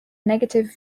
negative